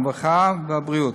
הרווחה והבריאות.